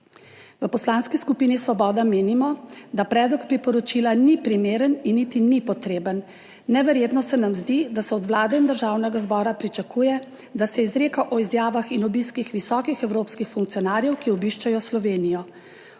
V Poslanski skupini Svoboda menimo, da predlog priporočila ni primeren in niti ni potreben. Neverjetno se nam zdi, da se od Vlade in Državnega zbora pričakuje, da se izreka o izjavah in obiskih visokih evropskih funkcionarjev, ki obiščejo Slovenijo.